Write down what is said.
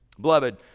Beloved